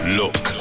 look